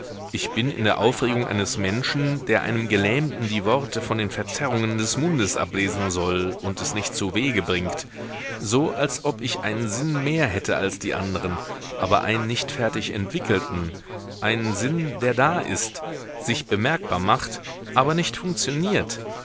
ich bin in der aufregung eines menschen der einem gelähmten die worte von den verzerrungen des mundes ablesen soll und es nicht zuwege bringt so als ob ich einen sinn mehr hätte als die anderen aber einen nicht fertig entwickelten einen sinn der da ist sich bemerkbar macht aber nicht funktioniert